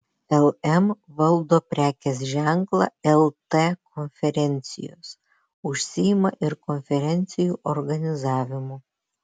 lm valdo prekės ženklą lt konferencijos užsiima ir konferencijų organizavimu